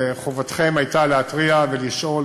וחובתכם הייתה להתריע ולשאול,